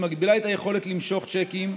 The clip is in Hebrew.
היא מגבילה את היכולת למשוך צ'קים,